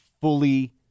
fully